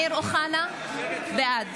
בעד